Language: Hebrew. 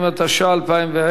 התש"ע 2010,